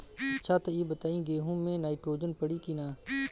अच्छा त ई बताईं गेहूँ मे नाइट्रोजन पड़ी कि ना?